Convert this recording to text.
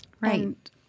Right